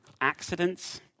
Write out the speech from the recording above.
accidents